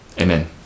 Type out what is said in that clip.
Amen